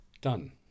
Done